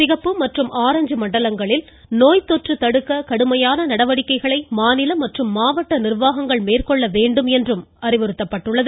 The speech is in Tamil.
சிகப்பு மற்றும் ஆரஞ்சு மண்டலங்களில் நோய்த்தொற்று தடுக்க கடுமையான நடவடிக்கைகளை மாநில மற்றும் மாவட்ட நிர்வாகங்கள் மேற்கொள்ள வேண்டும் என அறிவுறுத்தப்பட்டுள்ளது